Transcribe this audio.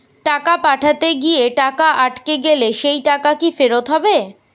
টাকা পাঠাতে গিয়ে টাকা আটকে গেলে সেই টাকা কি ফেরত হবে?